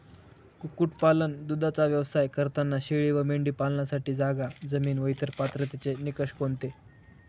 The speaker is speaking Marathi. कुक्कुटपालन, दूधाचा व्यवसाय करताना शेळी व मेंढी पालनासाठी जागा, जमीन व इतर पात्रतेचे निकष कोणते?